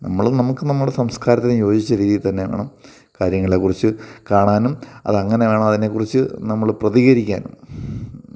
നമ്മൾ നമുക്ക് നമ്മുടെ സംസ്കാരത്തിന് യോജിച്ച രീതിയിൽ തന്നെ വേണം കാര്യങ്ങളെ കുറിച്ച് കാണാനും അതെങ്ങനെ വേണം അതിനെ കുറിച്ച് നമ്മൾ പ്രതികരിക്കാനും